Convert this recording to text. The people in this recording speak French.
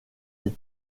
des